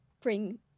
bring